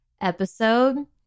episode